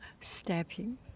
stepping